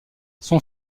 son